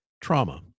Trauma